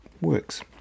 works